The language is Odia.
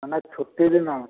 ନା ନା ଛୁଟିଦିନ